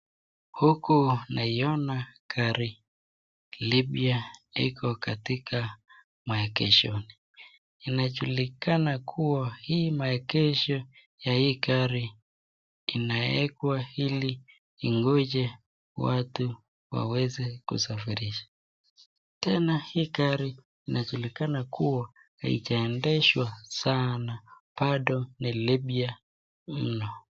Huku naiona gari lipya liko katika maegeshoni , inajulikana kuwa hii maegesho ya hii gari inawekwa ili ingoje watu waweze kusafirisha , tena hii gari inajulikana kuwa haijaendeshwa sana bado ni lipya mno.